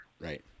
Right